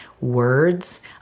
words